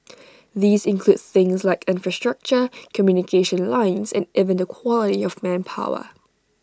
these include things like infrastructure communication lines and even the quality of manpower